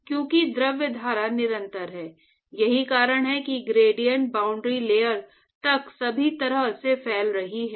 क्योंकि द्रव धारा निरंतर है यही कारण है कि ग्रेडिएंट बाउंड्री लेयर तक सभी तरह से फैल रही है